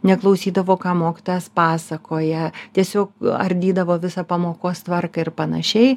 neklausydavo ką mokytojas pasakoja tiesiog ardydavo visą pamokos tvarką ir panašiai